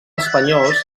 espanyols